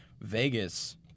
Vegas